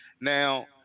Now